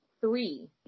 three